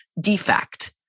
defect